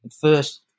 first